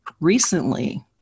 recently